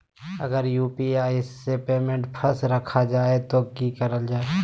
अगर यू.पी.आई से पेमेंट फस रखा जाए तो की करल जाए?